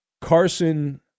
Carson